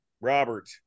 robert